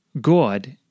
God